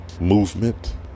Movement